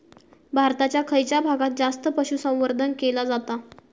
भारताच्या खयच्या भागात जास्त पशुसंवर्धन केला जाता?